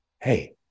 Hey